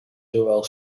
zowel